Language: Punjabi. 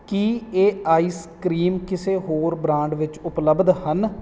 ਕੀ ਇਹ ਆਈਸ ਕਰੀਮ ਕਿਸੇ ਹੋਰ ਬ੍ਰਾਂਡ ਵਿੱਚ ਉਪਲੱਬਧ ਹਨ